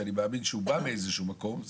שאני מאמין שבאו מאיזה מקום,